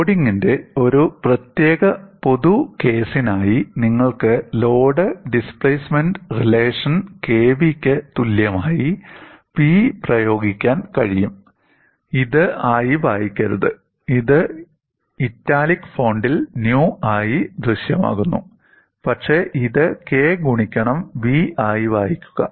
ലോഡിംഗിന്റെ ഒരു പൊതു കേസിനായി നിങ്ങൾക്ക് load displacement relation k v ക്ക് തുല്യമായി P പ്രയോഗിക്കാൻ കഴിയും ഇത് ആയി വായിക്കരുത് ഇത് ഇറ്റാലിക് ഫോണ്ടിൽ ന്യൂ ആയി ദൃശ്യമാകുന്നു പക്ഷേ ഇത് k ഗുണിക്കണം v ആയി വായിക്കുക